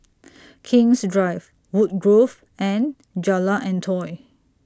King's Drive Woodgrove and Jalan Antoi